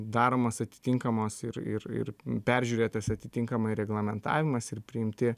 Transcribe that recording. daromos atitinkamos ir ir ir peržiūrėtas atitinkamai reglamentavimas ir priimti